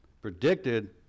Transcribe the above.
Predicted